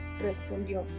respondió